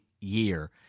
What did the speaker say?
year